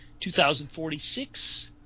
2046